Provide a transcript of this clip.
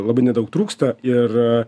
labai nedaug trūksta ir